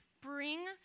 bring